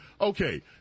Okay